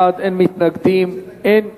17 בעד, אין מתנגדים, אין נמנעים.